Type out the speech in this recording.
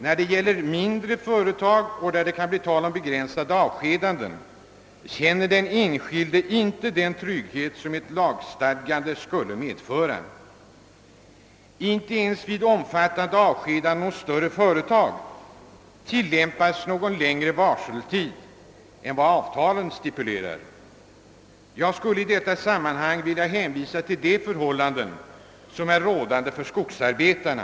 När det gäller mindre företag och i fråga om begränsade avskedanden känner den enskilde inte den trygghet som ett lagstadgande skulle medföra. Inte ens vid omfattande avskedanden hos större företag tillämpas någon längre varseltid än vad avtalen stipulerar. Jag skulle i detta sammanhang vilja hänvisa till de förhållanden som råder för skogsarbetarna.